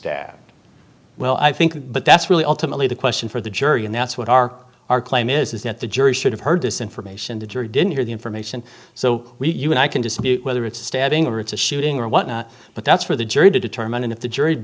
stabbed well i think but that's really ultimately the question for the jury and that's what our our claim is that the jury should have heard this information the jury didn't hear the information so we you and i can dispute whether it's a stabbing or it's a shooting or whatnot but that's for the jury to determine and if the jury